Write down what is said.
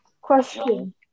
question